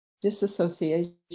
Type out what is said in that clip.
disassociation